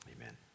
Amen